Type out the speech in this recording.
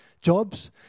jobs